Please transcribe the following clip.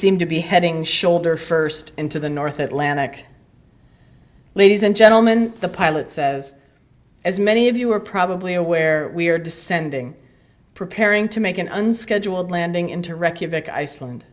seem to be heading shoulder first into the north atlantic ladies and gentleman the pilot says as many of you are probably aware we are descending preparing to make an unscheduled landing into reykjavik iceland